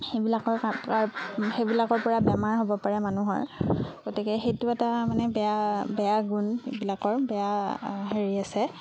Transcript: সেইবিলাকৰ কাটাৰ সেইবিলাকৰ পৰা বেমাৰ হ'ব পাৰে মানুহৰ গতিকে সেইটো এটা মানে বেয়া বেয়া গুণ এইবিলাকৰ বেয়া হেৰি আছে